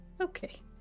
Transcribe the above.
Okay